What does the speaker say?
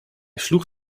sloeg